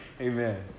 amen